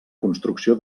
construcció